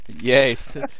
yes